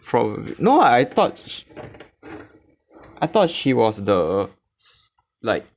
from no I thought I thought she was the like